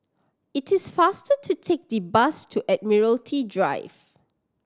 it is faster to take the bus to Admiralty Drive